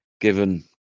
given